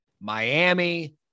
Miami